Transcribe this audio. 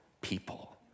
people